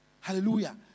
Hallelujah